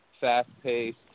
fast-paced